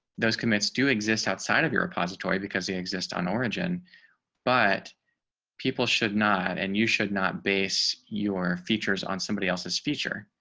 those commits do exist outside of your repository, because they exist on origin but people should not and you should not base your features on somebody else's feature.